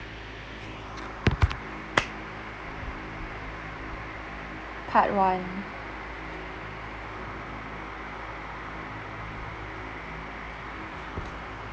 part one